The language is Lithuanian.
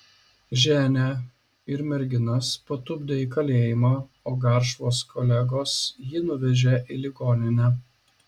ženią ir merginas patupdė į kalėjimą o garšvos kolegos jį nuvežė į ligoninę